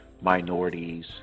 minorities